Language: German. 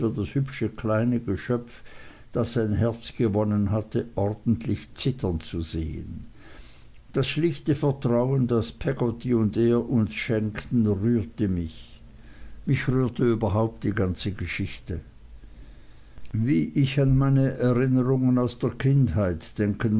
das hübsche kleine geschöpf das sein herz gewonnen hatte ordentlich zittern zu sehen das schlichte vertrauen das peggotty und er uns schenkten rührte mich mich rührte überhaupt die ganze geschichte wie ich an meine erinnerungen aus der kindheit denken